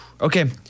Okay